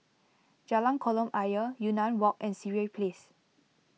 Jalan Kolam Ayer Yunnan Walk and Sireh Place